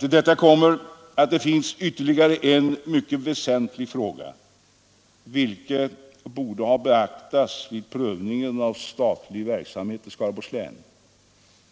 Till detta kommer en mycket väsentlig fråga som borde ha beaktats vid prövningen av lokaliseringen av statlig verksamhet till Skaraborgs län,